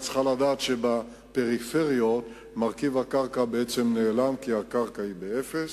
את צריכה לדעת שבפריפריה מרכיב הקרקע בעצם נעלם כי הקרקע היא באפס,